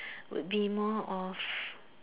would be more of